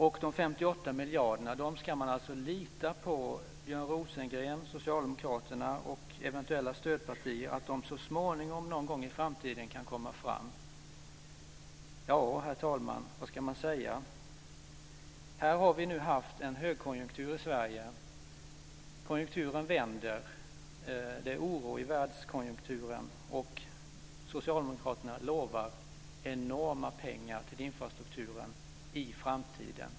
Och de 58 miljarderna ska man alltså lita på att Björn Rosengren, Socialdemokraterna och eventuella stödpartier så småningom, någon gång i framtiden, ser till kommer fram. Ja, herr talman, vad ska man säga? Här har vi nu haft en högkonjunktur i Sverige. Konjunkturen vänder. Det är oro i världskonjunkturen, och socialdemokraterna lovar enorma pengar till infrastrukturen i framtiden.